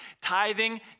tithing